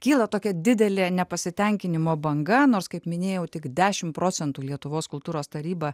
kyla tokia didelė nepasitenkinimo banga nors kaip minėjau tik dešim procentų lietuvos kultūros taryba